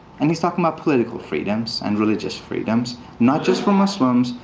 and he's talking about political freedoms and religious freedoms, not just for muslims,